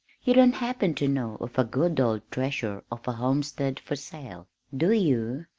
you don't happen to know of a good old treasure of a homestead for sale, do you?